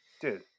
Dude